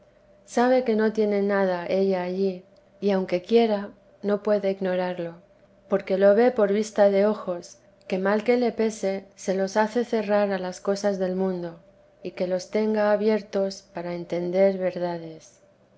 sabe que no tiene nada ella allí y aunque quiera no puede ignorarlo porque lo ve por vista de ojos que mal que le pese se los hace cerrar a las cosas del mundo y que los tenga abiertos para entender verdades